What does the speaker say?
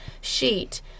sheet